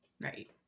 Right